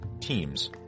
teams